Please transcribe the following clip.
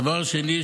דבר שני,